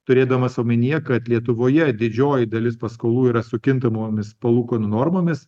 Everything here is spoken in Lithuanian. turėdamas omenyje kad lietuvoje didžioji dalis paskolų yra su kintamomis palūkanų normomis